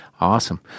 awesome